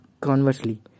conversely